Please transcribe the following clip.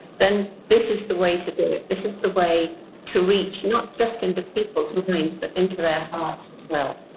then this is the way to do it. this is the way to reach not just in to people's minds but into their hearts as well.